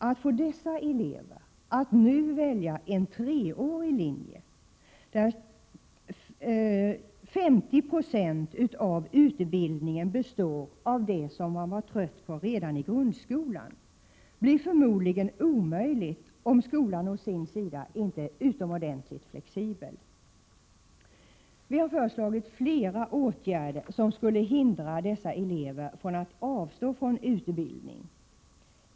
Att få dessa elever att nu välja en treårig linje, där 50 96 av utbildningen består av det som de var trötta på redan i grundskolan, blir förmodligen omöjligt om skolan å sin sida inte är utomordentligt flexibel. Vi har föreslagit flera åtgärder som skulle hindra dessa elever från att avstå från utbildning.